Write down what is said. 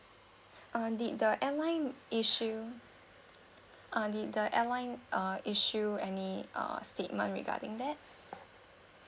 uh did the airline issue uh need the airline uh issue any uh statement regarding that